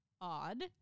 odd